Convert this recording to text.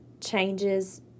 changes